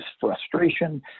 frustration